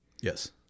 Yes